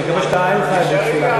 אני מקווה שאין לך איזה תפילה.